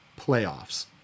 playoffs